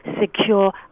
secure